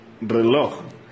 Reloj